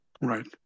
Right